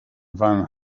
van